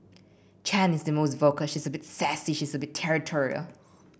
Chan is the most vocal she's a bit sassy she's a bit territorial